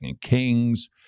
Kings